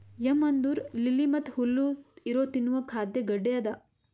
M ಅಂದುರ್ lily ಮತ್ತ ಹುಲ್ಲು ಇರೊ ತಿನ್ನುವ ಖಾದ್ಯ ಗಡ್ಡೆ ಅದಾ